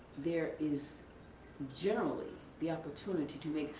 there is generally the opportunity to make.